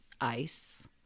Ice